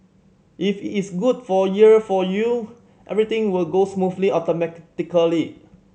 if is good for year for you everything will go smoothly